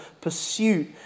pursuit